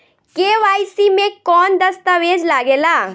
KYC मे कौन दश्तावेज लागेला?